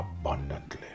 abundantly